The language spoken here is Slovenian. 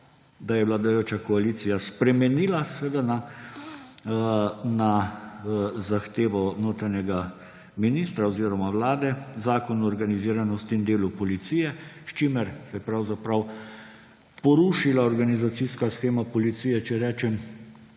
da je vladajoča koalicija spremenila, seveda na zahtevo notranjega ministra oziroma Vlade, Zakon o organiziranosti in delu v policiji, s čimer se je pravzaprav porušila organizacijska shema policije, če rečem